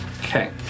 Okay